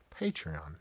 Patreon